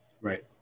Right